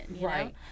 right